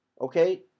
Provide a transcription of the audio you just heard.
Okay